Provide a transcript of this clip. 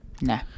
No